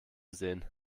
sehen